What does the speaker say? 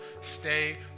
stay